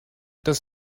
das